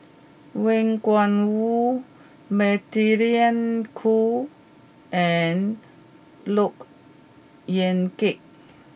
Wang Gungwu Magdalene Khoo and Look Yan Kit